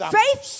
faith